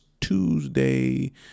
Tuesday